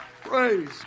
Praise